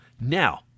Now